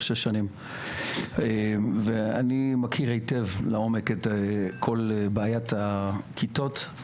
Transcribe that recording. שש שנים ואני מכיר היטב לעומק את כל בעיית הכיתות.